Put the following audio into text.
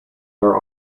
are